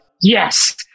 yes